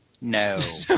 no